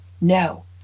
No